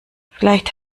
vielleicht